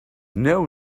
know